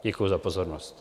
Děkuji za pozornost.